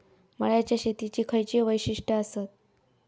मळ्याच्या शेतीची खयची वैशिष्ठ आसत?